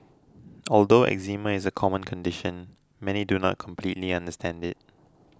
although eczema is a common condition many do not completely understand it